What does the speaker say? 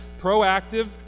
proactive